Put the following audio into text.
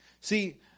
See